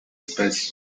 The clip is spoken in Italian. spesso